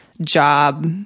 job